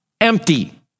empty